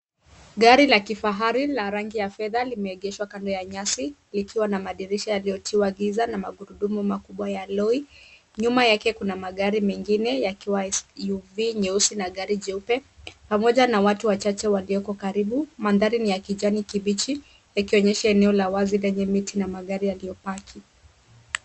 Gari la kifahari la rangi ya fedha limeegeshwa kando ya nyasi, likiwa na madirisha yaliyotiwa giza na magurudumu makubwa ya loi, nyuma yake kuna magari mengine yakiwa SUV nyeusi na gari jeupe pamoja na watu wachache walioko karibu, mandhari ni ya kijani kibichi yakionyesha eneeo la wazi lenye miti na magari yaliyopaki.